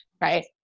right